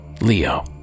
Leo